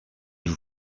vous